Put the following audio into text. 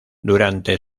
durante